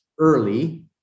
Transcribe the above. early